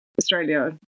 Australia